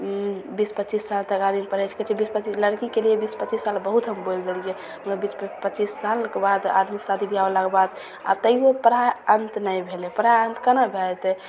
बीस पच्चीस साल तक आदमी पढ़ै छिकै कहै छै बीस पचीस लड़कीके बीस पचीस साल बहुत हम बोलि देलिए हमरा बीस पचीस सालके बाद आदमी शादी बिआह होलाके बाद आब तैओ प्रायः अन्त नहि भेलै पढ़ाइके अन्त कोना भै जएतै